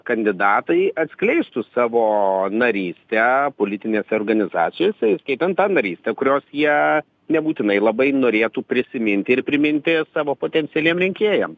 kandidatai atskleistų savo narystę politinėse organizacijose įskaitant tą narystę kurios jie nebūtinai labai norėtų prisiminti ir priminti savo potencialiem rinkėjam